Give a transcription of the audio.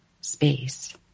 space